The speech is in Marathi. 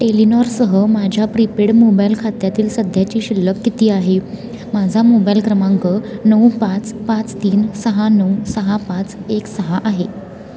टेलिनॉरसह माझ्या प्रीपेड मोबाईल खात्यातील सध्याची शिल्लक किती आहे माझा मोबाईल क्रमांक नऊ पाच पाच तीन सहा नऊ सहा पाच एक सहा आहे